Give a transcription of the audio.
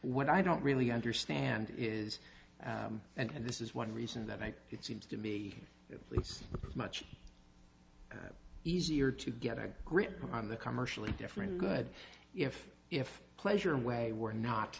what i don't really understand is and this is one reason that i it seems to be it's much easier to get a grip on the commercially different good if if pleasure way we're not